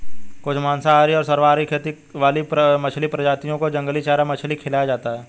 कुछ मांसाहारी और सर्वाहारी खेती वाली मछली प्रजातियों को जंगली चारा मछली खिलाया जाता है